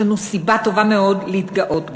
יש לנו סיבה טובה מאוד להתגאות בה.